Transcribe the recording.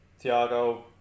Thiago